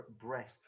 breath